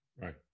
Right